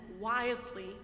wisely